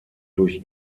durch